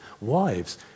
wives